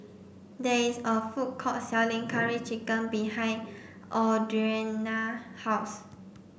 there is a food court selling curry chicken behind Audrianna house